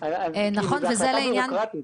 כאילו זאת החלטה בירוקרטית.